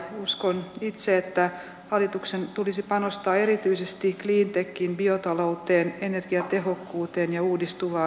uskoin itse että hallituksen tulisi panostaa erityisesti viittekkiimpia talouteen energiatehokkuuteen ja uudistuva